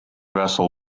vessel